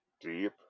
deep